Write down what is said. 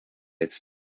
its